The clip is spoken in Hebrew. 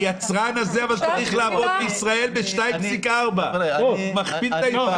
אבל היצרן הזה צריך למכור בישראל 2.4 מיליון מוצרים.